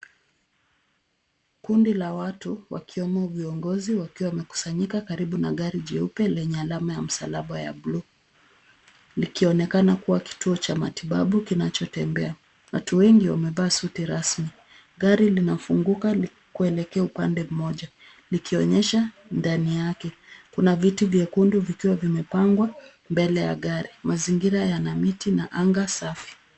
Kundi la watu, wakiwemo viongozi wakiwa wamekusanyika karibu na gari jeupe lenye alama ya msalaba ya buluu, likionekana kuwa kituo cha matibabu kinachotembea. Watu wengi wamevaa suti rasmi. Gari linafunguka kuelekea upande mmoja, likionyesha ndani yake. Kuna viti vyekundu vikiwa vimepangwa mbele ya gari. Mazingira yana miti na anga safi.